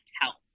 help